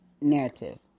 narrative